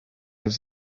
was